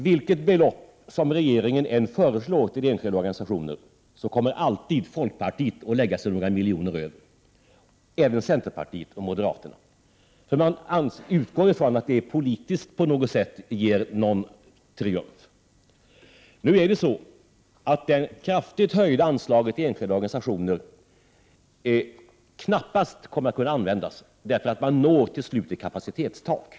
Vilket belopp som regeringen än föreslår till enskilda organisationer, kommer alltid folkpartiet att lägga sig några miljoner över, och det gör även centerpartiet och moderaterna, för man utgår ifrån att det politiskt på något sätt ger en triumf. Det kraftigt höjda anslaget till enskilda organisationer kommer knappast att kunna användas, därför att man når till slut ett kapacitetstak.